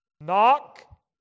Knock